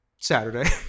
Saturday